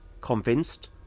convinced